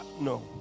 No